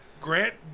Grant